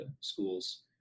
schools